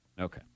Okay